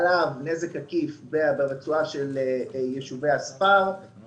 ועליו נזק עקיף ברצועה של יישובי הספר,